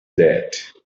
that